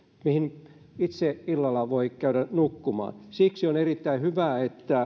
mihin itse illalla voi käydä nukkumaan siksi on erittäin hyvä että